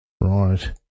Right